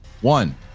One